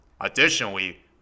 Additionally